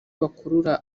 bakurura